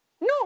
no